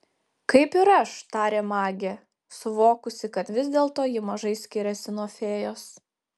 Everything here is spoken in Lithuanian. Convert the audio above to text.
kaip ir aš tarė magė suvokusi kad vis dėlto ji mažai skiriasi nuo fėjos